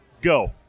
Go